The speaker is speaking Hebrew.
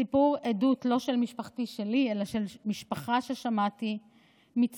סיפור עדות לא של משפחתי שלי אלא של משפחה ששמעתי מצורי,